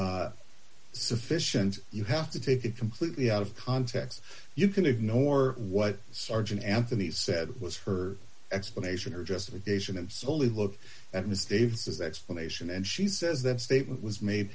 be sufficient you have to take it completely out of context you can ignore what sergeant anthony said was her explanation or justification and so only look at ms daves explanation and she says that statement was made